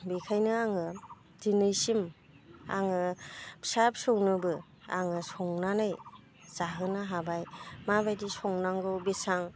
बेखायनो आङो दिनैसिम आङो फिसा फिसौनोबो आङो संनानै जाहोनो हाबाय माबायदि संनांगौ बिसां